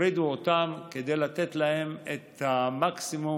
הפרידו אותם כדי לתת להם את המקסימום,